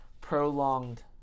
prolonged